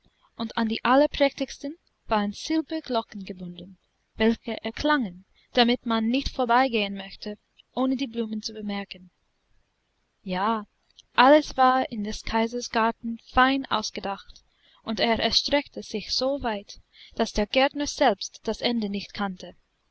und an die allerprächtigsten waren silberglocken gebunden welche erklangen damit man nicht vorbeigehen möchte ohne die blumen zu bemerken ja alles war in des kaisers garten fein ausgedacht und er erstreckte sich so weit daß der gärtner selbst das ende nicht kannte